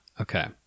Okay